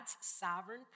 sovereign